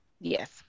Yes